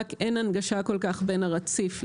רק אין הנגשה כל כך בין הרציף לקרון,